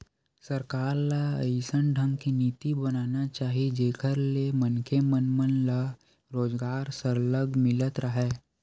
सरकार ल अइसन ढंग के नीति बनाना चाही जेखर ले मनखे मन मन ल रोजगार सरलग मिलत राहय